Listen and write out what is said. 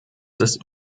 ist